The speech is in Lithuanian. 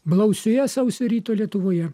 blausioje sausio ryto lietuvoje